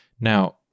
Now